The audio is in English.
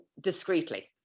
discreetly